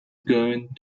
going